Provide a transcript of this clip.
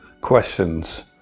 questions